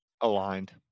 aligned